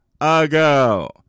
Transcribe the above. ago